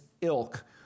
ilk